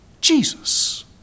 Jesus